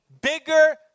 bigger